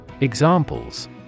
Examples